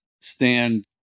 stand